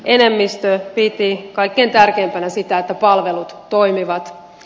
enemmistö piti kaikkein tärkeimpänä sitä että palvelut toimivat